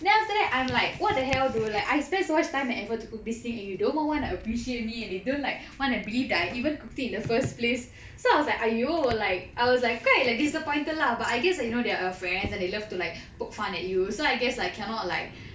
then after that I'm like what the hell dude like I spend so much time and effort to cook this thing and you don't even want to appreciate me and they don't like want to believe that I even cooked it in the first place so I was like !aiyo! like I was like quite like disappointed lah but I guess you know they are our friends and they love to like poke fun at you so I guess I cannot like